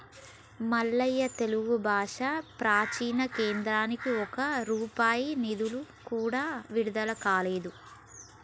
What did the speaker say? మల్లయ్య తెలుగు భాష ప్రాచీన కేంద్రానికి ఒక్క రూపాయి నిధులు కూడా విడుదల కాలేదు